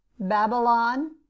Babylon